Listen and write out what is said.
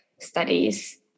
studies